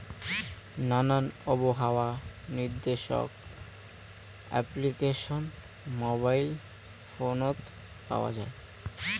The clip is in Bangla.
নানান আবহাওয়া নির্দেশক অ্যাপ্লিকেশন মোবাইল ফোনত পাওয়া যায়